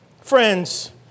Friends